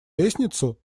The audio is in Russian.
лестницу